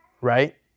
Right